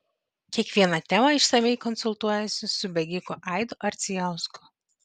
kiekviena tema išsamiai konsultuojuosi su bėgiku aidu ardzijausku